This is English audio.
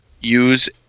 use